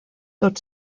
tot